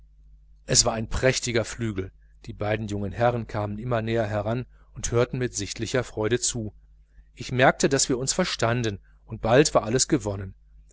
es war ein prächtiges instrument die beiden jungen herren kamen immer näher heran und hörten mit sichtlichem interesse zu ich merkte daß wir uns verstanden und bald war alles gewonnen